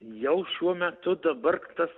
jau šiuo metu dabar tas